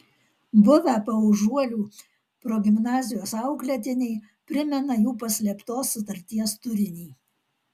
buvę paužuolių progimnazijos auklėtiniai primena jų paslėptos sutarties turinį